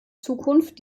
zukunft